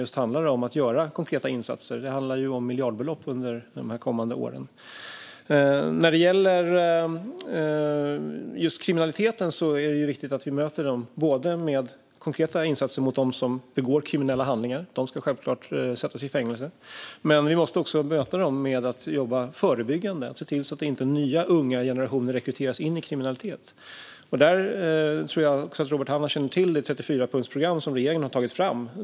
Det handlar just om konkreta insatser, för miljardbelopp under de kommande åren. När det gäller just kriminaliteten är det viktigt att vi möter dem som begår kriminella handlingar med konkreta insatser. De ska självklart sättas i fängelse. Men vi måste också möta dem genom att jobba förebyggande och se till att inte nya unga generationer rekryteras in i kriminalitet. Jag tror att Robert Hannah känner till det 34-punktsprogram som regeringen har tagit fram.